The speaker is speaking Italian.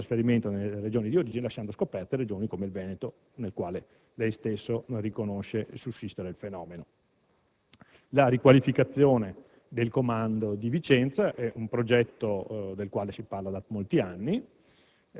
chieda il trasferimento nelle Regioni di origine lasciando scoperte Regioni come il Veneto, nelle quali lei stesso riconosce la sussistenza del fenomeno. La riqualificazione del comando di Vicenza è un progetto del quale si parla da molti anni